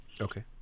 Okay